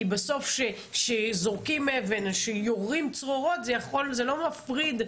כי בסוף כשזורקים אבן או יורים צרורות זה לא מפריד,